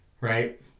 Right